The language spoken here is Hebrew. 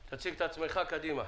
תציג את עצמך, בבקשה.